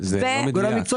ולכן התפצלו